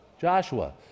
Joshua